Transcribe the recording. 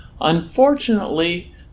Unfortunately